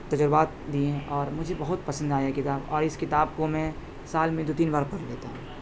تجربات دیے ہیں اور مجھے بہت پسند آیا یہ کتاب اور اس کتاب کو میں سال میں دو تین بار پڑھ لیتا ہوں